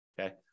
Okay